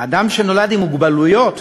אדם שנולד עם מוגבלויות,